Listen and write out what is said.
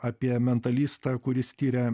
apie mentalistą kuris tiria